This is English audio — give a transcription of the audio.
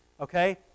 Okay